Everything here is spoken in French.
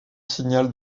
signal